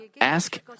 Ask